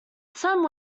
some